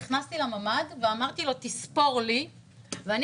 נכנסתי לממ"ד ואמרתי לו: תספור לי ואני